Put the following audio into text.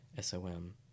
SOM